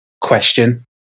question